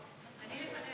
אני לפניה.